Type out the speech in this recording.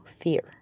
fear